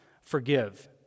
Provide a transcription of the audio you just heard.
forgive